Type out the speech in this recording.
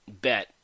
bet